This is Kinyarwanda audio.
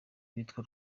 witwa